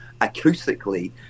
acoustically